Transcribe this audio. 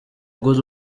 good